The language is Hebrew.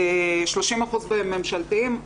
30% בממשלתיים,